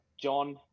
John